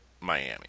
Miami